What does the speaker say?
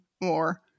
more